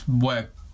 work